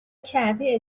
کردی